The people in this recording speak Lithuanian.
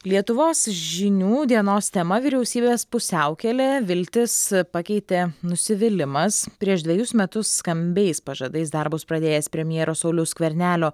lietuvos žinių dienos tema vyriausybės pusiaukelė viltis pakeitė nusivylimas prieš dvejus metus skambiais pažadais darbus pradėjęs premjero sauliaus skvernelio